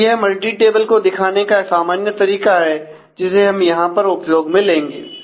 तो यह multi table को दिखाने का सामान्य तरीका है जिसे हम यहां पर उपयोग में लेंगे